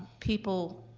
people.